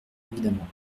évidemment